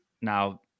Now